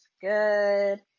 good